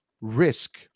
risk